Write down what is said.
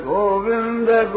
Govinda